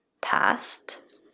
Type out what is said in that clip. past